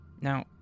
Now